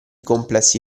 complessi